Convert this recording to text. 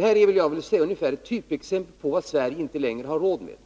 rör det sig om vad jag skulle vilja kalla för ett typexempel på vad Sverige inte längre har råd med.